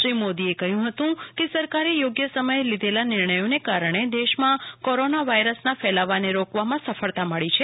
શ્રી મોદીએ કહ્યું હતં કે સરકારે યોગ્ય સમયે લીધેલા નિર્ણયોને કારણે દેશમાં કોરોના વાયરસનો ફેલાવાને રોકવામાં સફળતા મળી છે